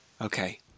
okay